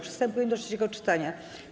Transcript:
Przystępujemy do trzeciego czytania.